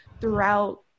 throughout